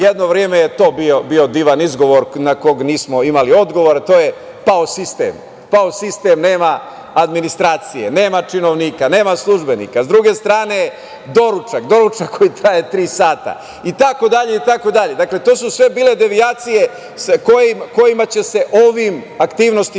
jedno vreme je to bio divan izgovor na koga nismo imali odgovor, a to je pao sistem. Pao sistem, nema administracije, nema činovnika, nema službenika. S druge strane, doručak, doručak koji traje tri sata, i tako dalje, i tako dalje. Dakle, to su sve bile devijacije kojima će se ovim aktivnostima